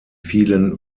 vielen